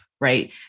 right